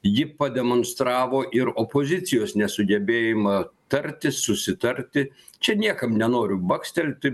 ji pademonstravo ir opozicijos nesugebėjimą tartis susitarti čia niekam nenoriu bakstelti